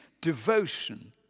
devotion